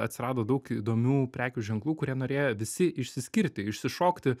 atsirado daug įdomių prekių ženklų kurie norėjo visi išsiskirti išsišokti